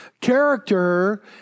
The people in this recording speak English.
character